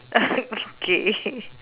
okay